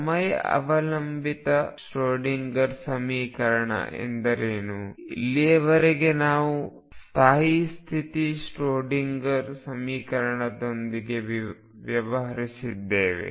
ಸಮಯ ಅವಲಂಬಿತ ಶ್ರೊಡಿಂಗರ್ ಸಮೀಕರಣ ಎಂದರೇನು ಇಲ್ಲಿಯವರೆಗೆ ನಾವು ಸ್ಥಾಯಿ ಸ್ಥಿತಿ ಶ್ರೊಡಿಂಗರ್ ಸಮೀಕರಣದೊಂದಿಗೆ ವ್ಯವಹರಿಸಿದ್ದೇವೆ